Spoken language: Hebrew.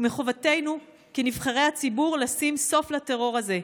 ומחובתנו כנבחרי ציבור לשים סוף לטרור הזה.